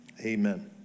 Amen